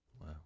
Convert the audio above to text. Wow